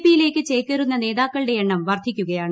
P യിലേയ്ക്ക് ചേക്കേറുന്ന നേതാക്കളുടെ എണ്ണം വർദ്ധിക്കുകയാണ്